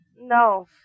No